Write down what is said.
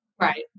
Right